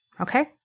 okay